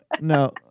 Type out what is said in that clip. No